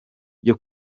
ryo